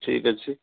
ଠିକ୍ ଅଛି